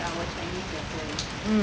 mm